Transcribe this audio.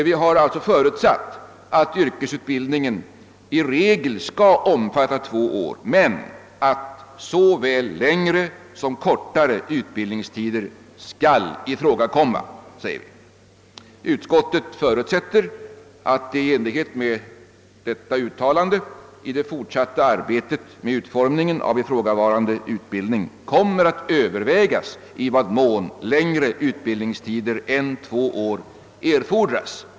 Vi har alltså förutsatt att yrkesutbildningen »i regel skall omfatta två år men att såväl längre som kortare utbildningstider skall ifråga komma». Utskottet förutsätter »att det i enlighet med detta uttalande i det fortsatta arbetet med uformningen av ifrågavarande utbildning kommer att övervägas i vad mån längre utbildningstider än två år erfordras».